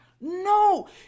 no